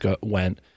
went